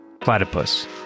platypus